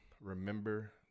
Remember